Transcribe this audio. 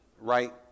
Right